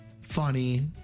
funny